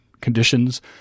conditions